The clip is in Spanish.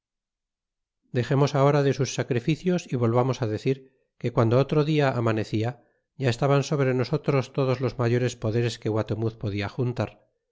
dexemos ahora de sus sacrificios y volvamos decir que guando otro dia amanecia ya estaban sobre nosotros todos los mayores poderes que guatemuz podia juntar